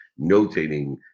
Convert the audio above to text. notating